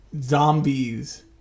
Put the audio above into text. zombies